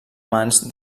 mans